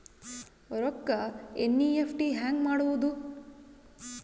ರೊಕ್ಕ ಎನ್.ಇ.ಎಫ್.ಟಿ ಹ್ಯಾಂಗ್ ಮಾಡುವುದು?